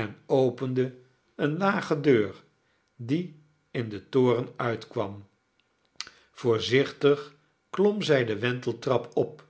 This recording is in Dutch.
en opende eene lage deur die in den toren uitkwam voorzichtig klom zij de wenteltrap op